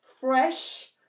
fresh